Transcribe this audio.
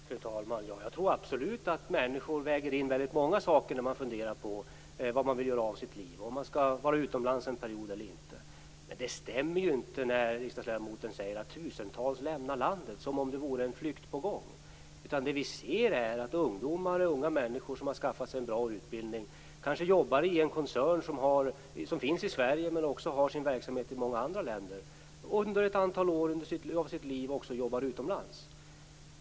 Fru talman! Jag tror absolut att människor väger in väldigt många saker när de funderar på vad de vill göra av sitt liv och om de skall vara utomlands en period eller inte. Men det stämmer ju inte när riksdagsledamoten säger att tusentals ungdomar lämnar landet som om det vore en flykt på gång. Det som vi ser är att unga människor som har skaffat sig en bra utbildning, och som kanske jobbar i en koncern som finns i Sverige men också har sin verksamhet i många andra länder, under ett antal år av sitt liv också jobbar utomlands.